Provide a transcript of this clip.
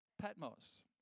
Patmos